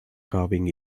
carving